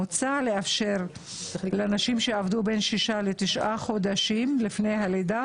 מוצע לאפשר לנשים שעבדו בין שישה לתשעה חודשים לפני הלידה